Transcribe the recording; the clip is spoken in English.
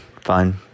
Fine